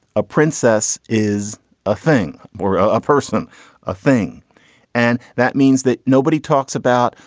a princess is a thing or a person a thing and that means that nobody talks about.